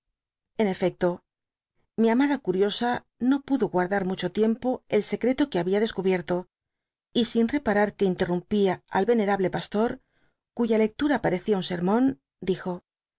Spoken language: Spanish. n efecto mi amada curiosa no pudo guardar mucho tiempo el secreto que h bia descubierto y sin reparar que interrumpia al venerable pastor cuya lectura parecía un sermón dijo